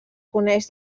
coneix